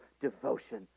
devotion